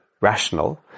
rational